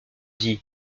dit